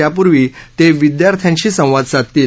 त्यापूर्वी ते विद्यार्थ्यांशी संवाद साधतील